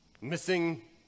missing